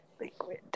Liquid